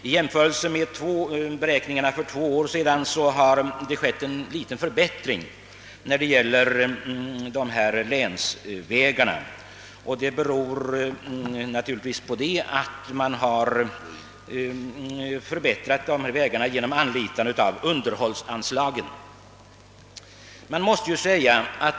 I jämförelse med beräkningarna för två år sedan har en liten förbättring inträtt beträffande dessa länsvägar. Det beror naturligtvis på att man här har anlitat underhållsanslagen.